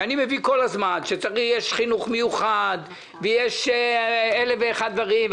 שאני מביא כל הזמן ואומר שיש חינוך מיוחד ויש אלף ואחד דברים,